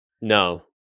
No